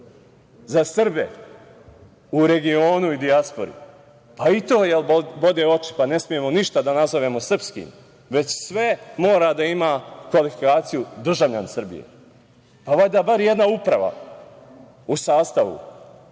za Srbe u regionu i dijaspori, pa i to vam bode oči pa ne smemo ništa da nazovemo srpskim već sve mora da ima kvalifikaciju „državljanin Srbije“. Pa, valjda bar jedna uprava u sastavu